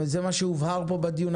זה מה שהובהר פה בדיון.